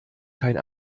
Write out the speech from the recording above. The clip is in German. kein